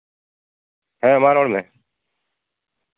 ᱦᱮᱸ ᱢᱟ ᱨᱚᱲ ᱢᱮ